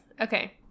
Okay